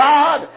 God